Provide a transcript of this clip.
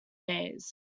days